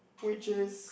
which is